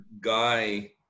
Guy